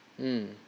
mm